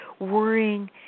worrying